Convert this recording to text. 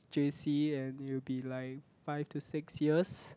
J_C and you'll be like five to six years